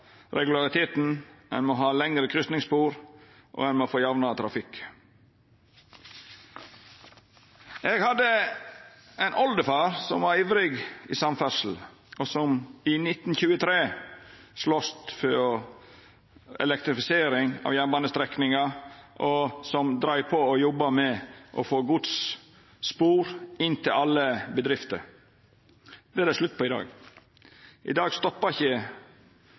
regulariteten, ein må ha lengre kryssingsspor, og ein må få jamnare trafikk. Eg hadde ein oldefar som ivra for samferdsel, og som i 1923 slost for elektrifisering av jernbanestrekninga og jobba med å få godsspor inn til alle bedrifter. Det er det slutt på i dag. I dag stoppar ikkje